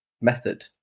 method